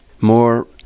more